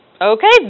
okay